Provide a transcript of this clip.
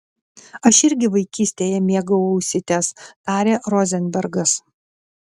aš irgi vaikystėje mėgau ausytes tarė rozenbergas